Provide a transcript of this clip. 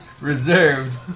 Reserved